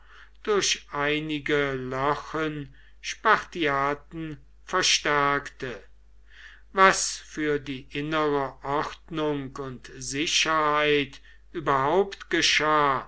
durch einige lochen spartiaten verstärkte was für die innere ordnung und sicherheit überhaupt geschah